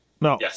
No